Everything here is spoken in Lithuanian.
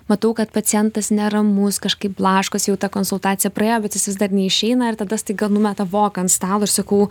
matau kad pacientas neramus kažkaip blaškosi jau ta konsultacija praėjo bet jis vis dar neišeina ir tada staiga numeta voką ant stalo ir sakau